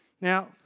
Now